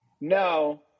no